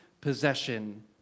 possession